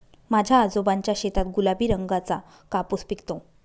माझ्या आजोबांच्या शेतात गुलाबी रंगाचा कापूस पिकतो